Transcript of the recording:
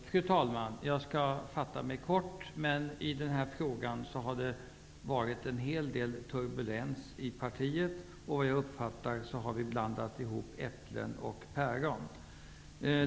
Fru talman! Jag skall fatta mig kort. I denna fråga har det varit en hel del turbulens i partiet. Jag uppfattar det som att vi har blandat ihop äpplen och päron.